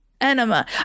Enema